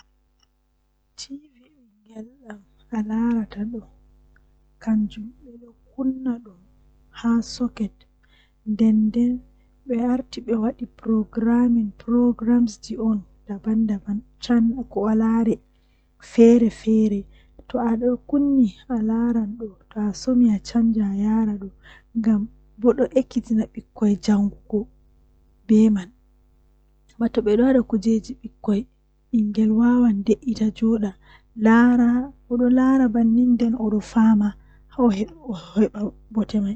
Zaane don geera don woittina nokkure amin ngam don woitina dum masin, Ɗon wada dum hoosa hakkilo mabbe dasa hakkilo himbe waroobe himbe egaa feere ma to andi woodi kobe warata be laara boddum be waran be tokkan yobugo ceede ngam be nasta be laara haamon.